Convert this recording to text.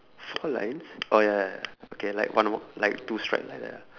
four lines oh ya ya ya okay like one more like two stripes like that ah